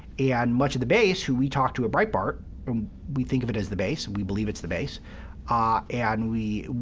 and much of the base, who we talked to at breitbart um we think of it as the base, and we believe it's the base ah and we,